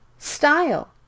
style